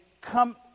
come